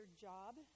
job